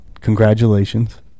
congratulations